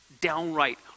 downright